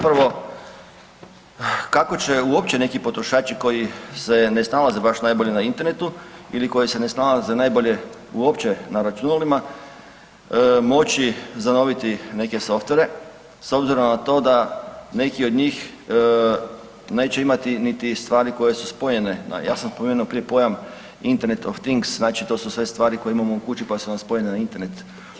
Pitanje kako će uopće neki potrošači koji se ne snalaze baš najbolje na internetu ili koji se ne snalaze najbolje uopće na računalima, moći zanoviti neke softvere s obzirom na to da neki od njih neće imati niti stvari koje su spojene, ja sam spomenuo prije pojam „Internet of things“, znači to su sve stvari koje … pa su onda spojene na Internet.